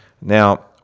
Now